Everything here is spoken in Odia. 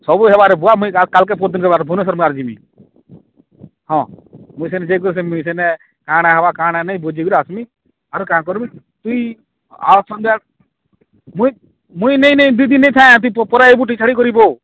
ସବୁ ହେବାରେ ରୁହ ମୁଇଁ କାଲ୍କେ ପରଦିନ ଭୁବେନେଶ୍ୱର ଆର ଜିମି ହଁ ମୁଇଁ ସେନେ କାଣା ହେବା କାଣା ନାଇଁ ବୁଝିକିରି ଆସ୍ମି ଆର୍କା କରବି ତୁଇଁ ମୁଇଁ ମୁଇଁ ନେଇ ନେଇ ଦୁଇ ଦିନରେ ପରେ ଆଉ ଟିକେ ଛାଡ଼ିକରି ଆଇବୁ